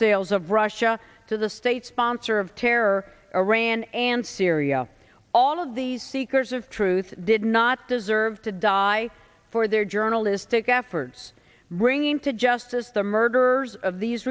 sales of russia to the state sponsor of terror iran and syria all of these seekers of truth did not deserve to die for their journalistic efforts bringing to justice the murderers of these